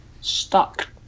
stuck